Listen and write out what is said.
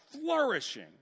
flourishing